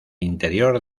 interior